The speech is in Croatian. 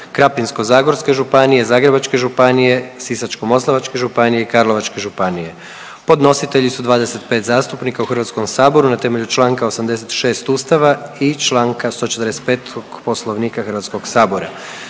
Krapinsko-zagorske županije, Zagrebačke županije, Sisačko-moslavačke županije i Karlovačke županije Podnositelji su 25 zastupnika u Hrvatskom saboru na temelju Članka 86. Ustava i Članka 145. Poslovnika Hrvatskog sabora.